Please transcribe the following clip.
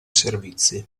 servizi